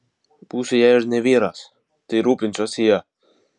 būsiu jei ir ne vyras tai rūpinsiuosi ja